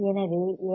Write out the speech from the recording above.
எனவே எல்